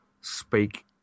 speak